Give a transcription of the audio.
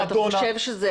נדונה.